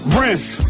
rinse